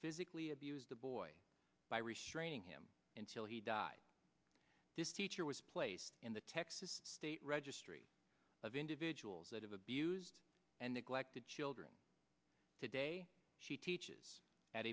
physically abused the boy by restraining him until he died this teacher was placed in the texas state registry of individuals that have abused and neglected children today she teaches at